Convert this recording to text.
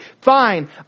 Fine